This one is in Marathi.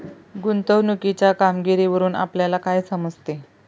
गुंतवणुकीच्या कामगिरीवरून आपल्याला काय समजते?